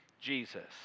Jesus